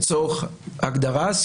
לצורך ההגדרה,